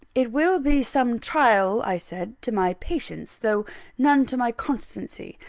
it will be some trial, i said, to my patience, though none to my constancy,